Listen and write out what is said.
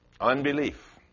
Unbelief